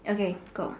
okay go